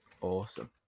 awesome